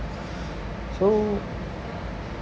so